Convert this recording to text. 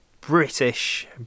British